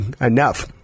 enough